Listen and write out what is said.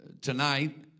tonight